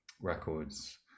records